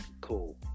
Cool